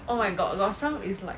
oh my god got some is like